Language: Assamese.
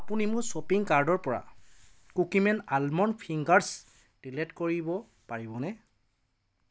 আপুনি মোৰ শ্বপিং কাৰ্ডৰ পৰা কুকিমেন আলমণ্ড ফিংগাৰছ ডিলিট কৰিব পাৰিবনে